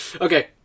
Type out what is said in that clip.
Okay